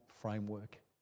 framework